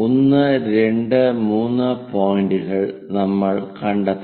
1 2 3 പോയിന്റുകൾ നമ്മൾ കണ്ടെത്തണം